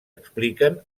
expliquen